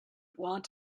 want